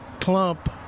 clump